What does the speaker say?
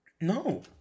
No